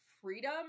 freedom